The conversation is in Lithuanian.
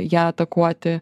ją atakuoti